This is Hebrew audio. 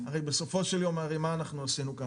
בסופו של יום הרי מה אנחנו עשינו כאן?